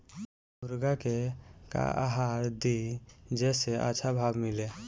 मुर्गा के का आहार दी जे से अच्छा भाव मिले?